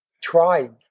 tried